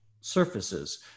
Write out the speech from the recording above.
surfaces